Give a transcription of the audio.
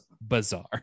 bizarre